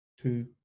two